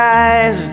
eyes